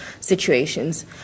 situations